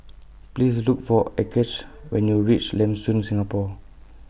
Please Look For Achsah when YOU REACH Lam Soon Singapore